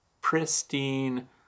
pristine